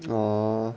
know